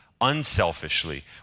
unselfishly